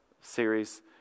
series